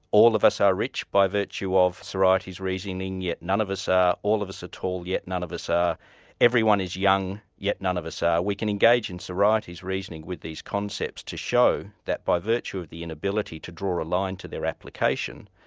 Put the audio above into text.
all of us are rich by virtue of sorites reasoning, yet none of us are all of us are tall, yet none of us are everyone is young, yet none of us are. we can engage in sorites reasoning with these concepts to show that by virtue of the inability to draw a line to their application,